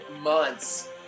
months